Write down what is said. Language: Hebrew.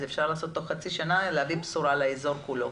אפשר לעשות תוך חצי שנה ולהביא בשורה לאזור כולו.